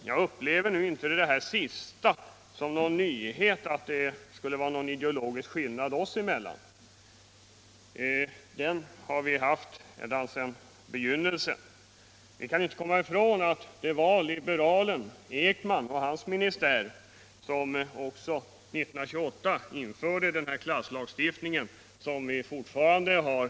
Herr talman! Jag upplever det inte som någon nyhet att det är en ideologisk skillnad oss emellan. Den skillnaden har funnits ända sedan begynnelsen. Vi kan inte komma ifrån att det var liberalen Ekman och Nr 29 hans ministär som år 1928 införde den klasslagstiftning på detta område som fortfarande gäller.